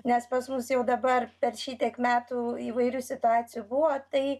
nes pas mus jau dabar per šitiek metų įvairių situacijų buvo tai